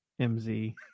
MZ